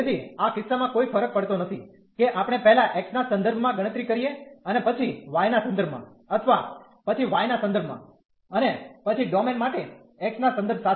તેથી આ કિસ્સામાં કોઈ ફરક પડતો નથી કે આપણે પહેલા x ના સંદર્ભમાં ગણતરી કરીએ અને પછી y ના સંદર્ભમાં અથવા પછી y ના સંદર્ભમાં અને પછી ડોમેન માટે x ના સંદર્ભ સાથે